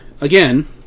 again